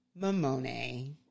Mamone